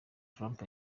trump